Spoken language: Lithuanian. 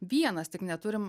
vienas tik neturim